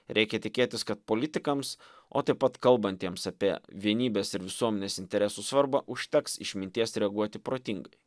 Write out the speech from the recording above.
reikia tikėtis kad politikams o taip pat kalbantiems apie vienybės ir visuomenės interesų svarbą užteks išminties reaguoti protingai